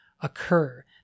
occur